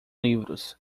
livros